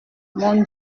mon